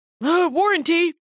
Warranty